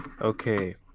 Okay